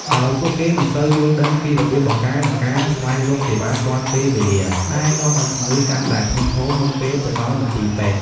ដោយពួកគេមិនសូវយល់ដឹងពីរបៀបបង្ការ និងការស្វែងរកសេវាទាន់ពេលវេលា ដែលនាំឱ្យជំងឺកាន់តែធ្ងន់ធ្ងរមុនពេលទៅដល់មន្ទីរពេទ្យ។